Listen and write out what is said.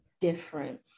different